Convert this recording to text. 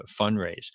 fundraise